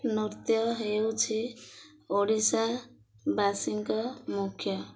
ନୃତ୍ୟ ହେଉଛି ଓଡ଼ିଶାବାସୀଙ୍କ ମୁଖ୍ୟ